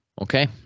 Okay